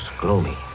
gloomy